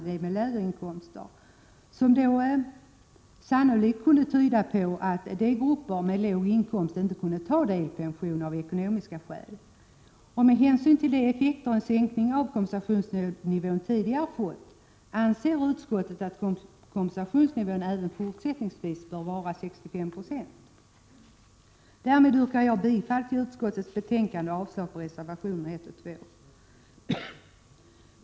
Det tyder sannolikt på att grupper med låg inkomst inte kunde ta delpension av ekonomiska skäl. Med hänsyn till de effekter sänkning av kompensationsnivån tidigare har fått anser utskottet att kompensationsnivån även fortsättningsvis bör vara 65 P. Jag yrkar därmed bifall till utskottets betänkande och avslag på reservationerna 1 och 2.